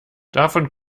davon